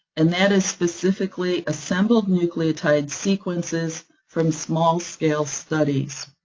and that is specifically assembled nucleotide sequences from small-scale studies,